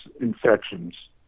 infections